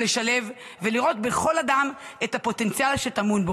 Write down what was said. לשלב ולראות בכל אדם את הפוטנציאל הטמון בו.